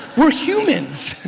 we're humans,